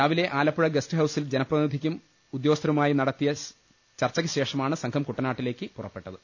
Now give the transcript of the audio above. രാവിലെ ആലപ്പുഴ ഗസ്റ് ഹൌസിൽ ജനപ്രതിനിധിക്കും ഉദ്യോഗസ്ഥരുമായി ചർച്ച നടത്തിയ ശേഷമാണ് സംഘം കുട്ടനാട്ടിലേക്ക് പുറപ്പെട്ടത്